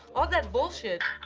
all that bullshit!